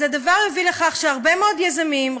הדבר יוביל לכך שהרבה מאוד יזמים,